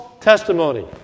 testimony